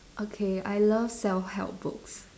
okay I love self help books